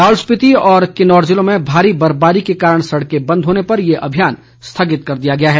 लाहौल स्पीति और किन्नौर जिलों में भारी बर्फबारी के कारण सड़कें बंद होने पर यह अभियान स्थगित कर दिया गया है